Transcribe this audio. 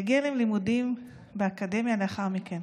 יגיעו להם לימודים באקדמיה לאחר מכן.